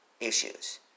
issues